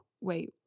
wait